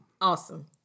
awesome